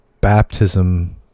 baptism